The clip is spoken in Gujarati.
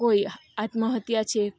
કોઈ આત્મહત્યા છે